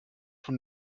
von